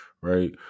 Right